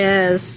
Yes